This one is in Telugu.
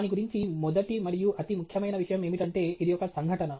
దాని గురించి మొదటి మరియు అతి ముఖ్యమైన విషయం ఏమిటంటే ఇది ఒక సంఘటన